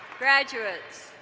graduates,